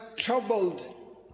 troubled